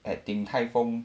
at 鼎泰丰